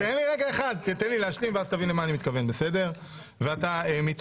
תן לי להשלים ואז תבין למה אני מתכוון.